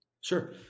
Sure